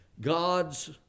God's